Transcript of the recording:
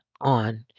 on